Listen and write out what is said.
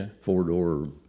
four-door